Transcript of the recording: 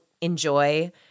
enjoy